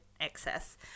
excess